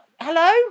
Hello